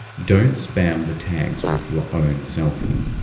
don't spam the tags with your own selfies.